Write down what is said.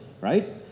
Right